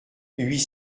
huit